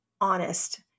honest